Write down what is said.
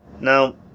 Now